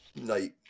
night